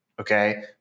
Okay